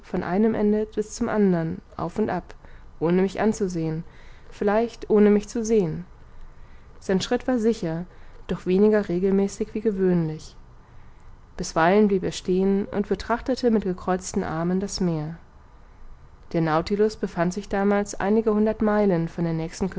von einem ende bis zum anderen auf und ab ohne mich anzusehen vielleicht ohne mich zu sehen sein schritt war sicher doch weniger regelmäßig wie gewöhnlich bisweilen blieb er stehen und betrachtete mit gekreuzten armen das meer der nautilus befand sich damals einige hundert meilen von der nächsten